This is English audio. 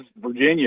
Virginia